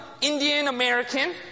Indian-American